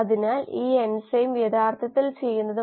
ഉത്പാദന നിരക്ക് r0 ഉപഭോഗ നിരക്ക് 2 പ്രതിപ്രവർത്തനങ്ങളിലൂടെയാണ്